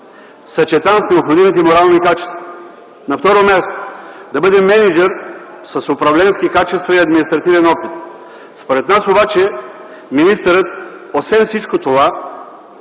съчетан с необходимите морални качества; на второ място, да бъде мениджър с управленски качества и административен опит. Според нас обаче министърът, освен всичко казано